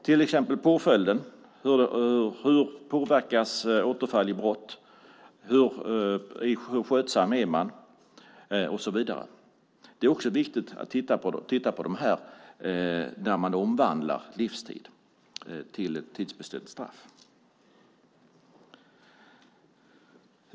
Det är också viktigt att titta på hur återfall i brott påverkas, hur skötsam den dömde är och så vidare när man omvandlar livstidsstraff till ett tidsbestämt straff.